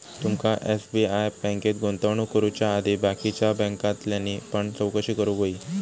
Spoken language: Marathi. तुमका एस.बी.आय बँकेत गुंतवणूक करुच्या आधी बाकीच्या बॅन्कांतल्यानी पण चौकशी करूक व्हयी